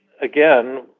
again